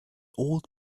old